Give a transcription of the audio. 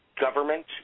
Government